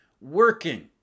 working